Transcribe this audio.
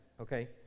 Okay